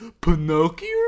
Pinocchio